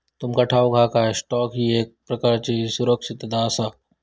तुमका ठाऊक हा काय, स्टॉक ही एक प्रकारची सुरक्षितता आसा?